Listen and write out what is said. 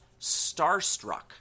starstruck